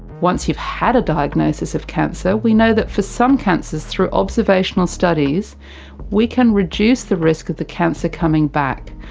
once you've have a diagnosis of cancer, we know that for some cancers through observational studies we can reduce the risk of the cancer coming back.